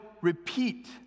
repeat